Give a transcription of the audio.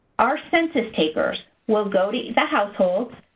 our census takers will go to that household.